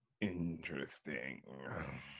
Interesting